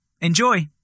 Enjoy